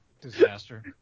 disaster